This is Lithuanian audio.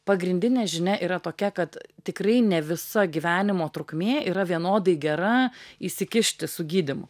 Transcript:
pagrindinė žinia yra tokia kad tikrai ne visa gyvenimo trukmė yra vienodai gera įsikišti su gydymu